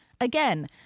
Again